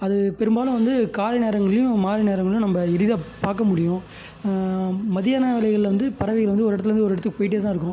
அது பெரும்பாலும் வந்து காலை நேரங்கள்ல்லையும் மாலை நேரங்கள்லலையும் நம்ப எளிதாப் பார்க்க முடியும் மத்தியான வேளைகளில் வந்து பறவைகள் வந்து ஒரு இடத்துலருந்து ஒரு இடத்துக்கு போயிட்டே தான் இருக்கும்